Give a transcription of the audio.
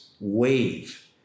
wave